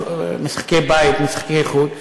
משחקי בית ומשחקי חוץ?